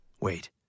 Wait